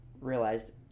realized